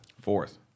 Fourth